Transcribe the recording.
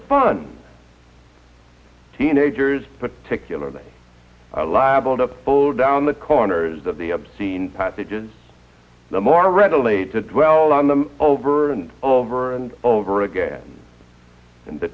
fun teenagers particularly liable to fold down the corners of the obscene passages the more readily to dwell on them over and over and over again and the